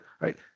right